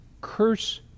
curse